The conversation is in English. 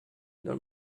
nor